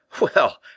Well